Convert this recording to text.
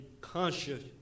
conscious